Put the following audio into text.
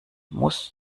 muss